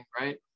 right